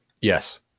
Yes